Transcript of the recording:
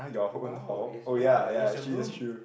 !wow! is ya is a room